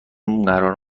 قرار